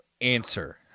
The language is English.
answer